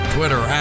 Twitter